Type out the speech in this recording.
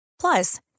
Plus